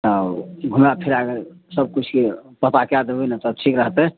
तऽ घुमै फिरै कऽ सभ किछुके पता कए देबै ने तऽ ठीक रहतै